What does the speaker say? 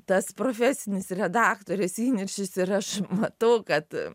tas profesinis redaktorės įniršis ir aš matau kad